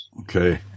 Okay